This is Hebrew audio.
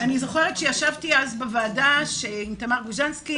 אני זוכרת שישבתי אז בוועדה עם תמר גוז'נסקי